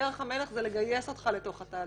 דרך המלך זה לגייס אותך לתוך התהליך,